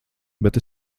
bet